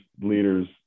leaders